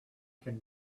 can